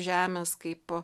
žemės kaip